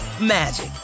magic